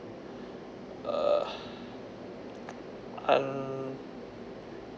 uh un~